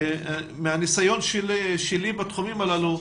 מניסיוני בתחומים הללו,